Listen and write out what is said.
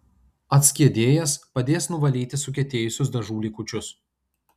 atskiedėjas padės nuvalyti sukietėjusius dažų likučius